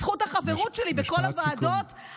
זכות החברות שלי בכל הוועדות, משפט סיכום.